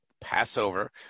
Passover